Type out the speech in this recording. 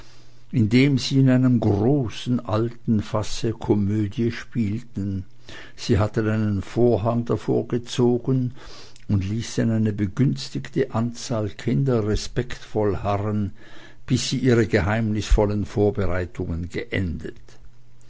indem sie in einem großen alten fasse komödie spielten sie hatten einen vorhang davorgezogen und ließen eine begünstigte anzahl kinder respektvoll harren bis sie ihre geheimnisvollen vorbereitungen geendet